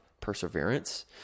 perseverance